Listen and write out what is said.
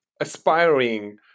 aspiring